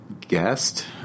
guest